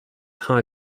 trains